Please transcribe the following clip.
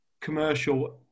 commercial